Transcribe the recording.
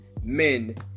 men